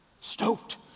stoked